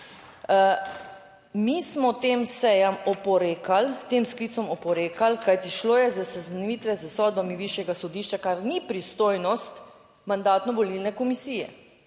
Mi smo tem sejam oporekali, tem sklicem oporekali, kajti šlo je za seznanitve s sodbami Višjega sodišča, kar ni pristojnost Mandatno-volilne komisije.